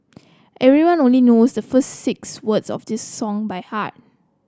everyone only knows the first six words of this song by heart